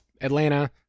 Atlanta